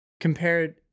compared